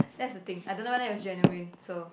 that's the thing I don't know whether it was genuine so